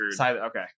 Okay